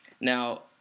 Now